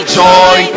joy